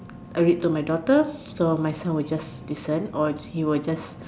I read to my daughter so my son would just listen or he would just